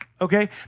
okay